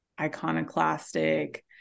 iconoclastic